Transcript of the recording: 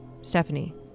Stephanie